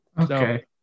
Okay